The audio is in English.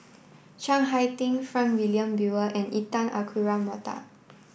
Chiang Hai Ding Frank Wilmin Brewer and Intan Azura Mokhtar